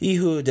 Ihu